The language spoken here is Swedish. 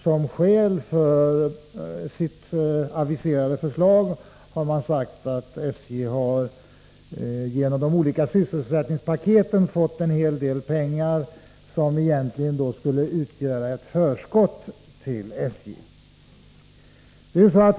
Som skäl för det aviserade förslaget har anförts att SJ har genom de olika sysselsättningspaketen fått en hel del pengar, som egentligen skulle utgöra ett förskott till SJ.